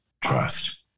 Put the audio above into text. trust